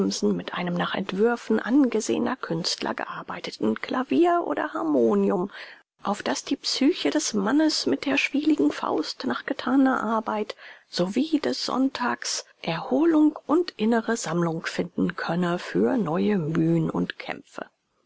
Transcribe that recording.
mit einem nach entwürfen angesehener künstler gearbeiteten klavier oder harmonium auf daß die psyche des mannes mit der schwieligen faust nach getaner arbeit sowie des sonntags erholung und innere sammlung finden könne für neue mühen und kämpfe